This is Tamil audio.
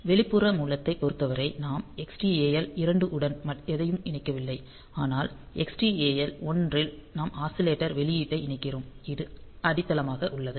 வெளிப்புற மூலத்தைப் பொறுத்தவரை நாம் Xtal 2 உடன் எதையும் இணைக்கவில்லை ஆனால் Xtal 1 இல் நாம் ஆஸிலேட்டர் வெளியீட்டை இணைக்கிறோம் இது அடித்தளமாக உள்ளது